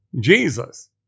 Jesus